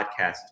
podcast